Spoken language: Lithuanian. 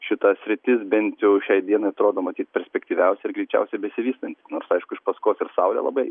šita sritis bent jau šiai dienai atrodo matyt perspektyviausia ir greičiausiai besivystanti nors aišku iš paskos ir saulė labai